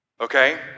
Okay